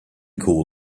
call